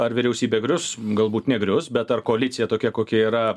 ar vyriausybė grius galbūt negrius bet ar koalicija tokia kokia yra